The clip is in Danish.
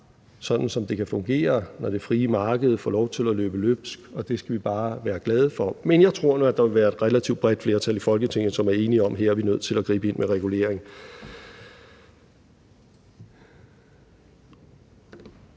sådan, som det kan fungere, når det frie marked får lov til at løbe løbsk, og at det skal vi bare være glade for. Men jeg tror nu, at der vil være et relativt bredt flertal i Folketinget, som er enige om, at vi her er nødt til at gribe ind med regulering.